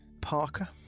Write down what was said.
Parker